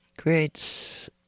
Creates